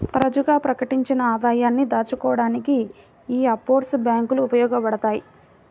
తరచుగా ప్రకటించని ఆదాయాన్ని దాచుకోడానికి యీ ఆఫ్షోర్ బ్యేంకులు ఉపయోగించబడతయ్